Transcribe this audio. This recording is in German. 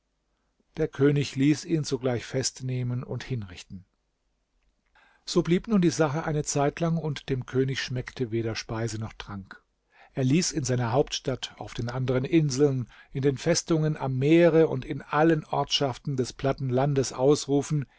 der könig ließ ihn sogleich festnehmen und hinrichten so blieb nun die sache eine zeit lang und dem könig schmeckte weder speise noch trank er ließ in seiner hauptstadt auf den anderen inseln in den festungen am meere und in allen ortschaften des platten landes ausrufen